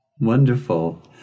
Wonderful